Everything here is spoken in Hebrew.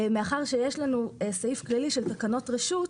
לנו סעיף כללי של תקנות רשות,